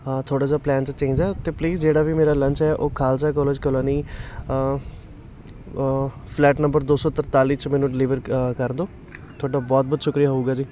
ਹਾਂ ਥੋੜ੍ਹਾ ਜਿਹਾ ਪਲੈਨ 'ਚ ਚੇਂਜ ਆ ਤਾਂ ਪਲੀਜ਼ ਜਿਹੜਾ ਵੀ ਮੇਰਾ ਲੰਚ ਹੈ ਉਹ Khalsa college colony flat number ਦੋ ਸੌ ਤਰਤਾਲੀ 'ਚ ਮੈਨੂੰ ਡਿਲੀਵਰ ਕਰ ਦਿਓ ਤੁਹਾਡਾ ਬਹੁਤ ਬਹੁਤ ਸ਼ੁਕਰੀਆ ਹੋਊਗਾ ਜੀ